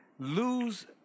Lose